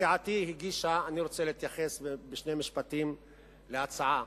אני רוצה להתייחס בשני משפטים להצעה.